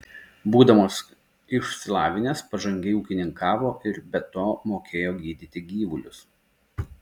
būdamas išsilavinęs pažangiai ūkininkavo ir be to mokėjo gydyti gyvulius